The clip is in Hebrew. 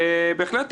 ובהחלט,